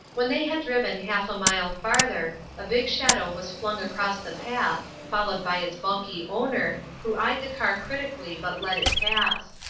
when they had driven half a mile farther, a big shadow was flung across the path, followed by its bulky owner, who eyed the car critically but let it pass.